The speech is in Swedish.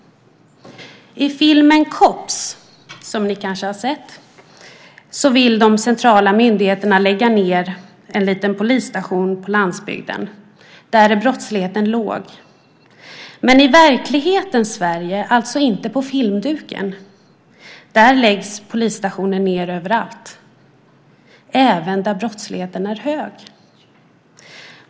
I filmen Kopps , som ni kanske har sett, vill de centrala myndigheterna lägga ned en liten polisstation på landsbygden. Där är brottsligheten låg. Men i verklighetens Sverige, alltså inte på filmduken, där läggs polisstationer ned överallt - även där brottsligheten är hög.